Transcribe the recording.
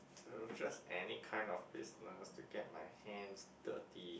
it was just any kind of business to get my hands dirty